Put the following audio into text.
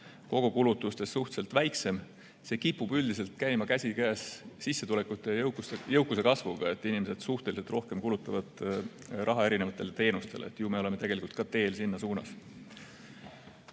kogukulutustes suhteliselt väike. See kipub üldiselt käima käsikäes sissetulekute, jõukuse kasvuga, et inimesed kulutavad suhteliselt rohkem raha erinevatele teenustele. Ju me oleme tegelikult ka teel sinna suunas.